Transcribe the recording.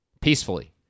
Peacefully